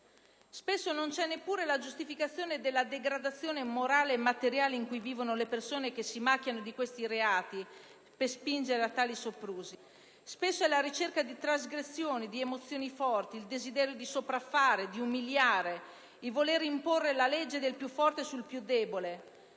Spesso non c'è neppure la giustificazione della degradazione morale e materiale in cui vivono le persone che si macchiano di questi reati per spiegare tali soprusi; spesso si tratta solo di ricerca di trasgressione, di emozioni forti, del desiderio di sopraffare, di umiliare, di voler imporre la legge del più forte sul più debole.